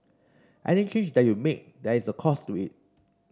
any change that you make there is a cost to it